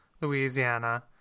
Louisiana